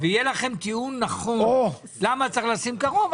ויהיה לכם טיעון נכון למה צריך לשים קרוב,